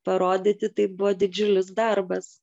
parodyti tai buvo didžiulis darbas